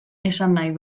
esanahi